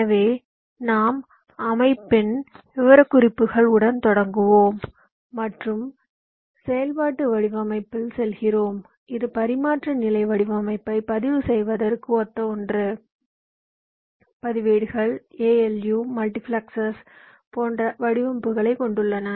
எனவேநாம் அமைப்பின் விவரக்குறிப்புகள் உடன் தொடங்குவோம் மற்றும் செயல்பாட்டு வடிவமைப்பில் செல்கிறோம் இது பரிமாற்ற நிலை வடிவமைப்பைப் பதிவு செய்வதற்கு ஒத்த ஒன்று பதிவேடுகள் ALU மல்டிபிளெக்சர்கள் போன்ற வடிவமைப்புகளைக் கொண்டுள்ளன